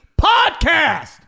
podcast